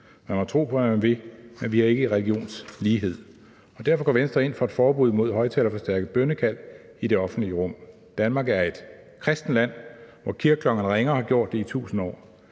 Man må tro på, hvad man vil, men vi har ikke religionslighed. Derfor går Venstre ind for et forbud mod højtalerforstærkede bønnekald i det offentlige rum. Danmark er et kristent land, hvor kirkeklokkerne ringer og har gjort det i tusind år.